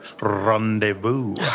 rendezvous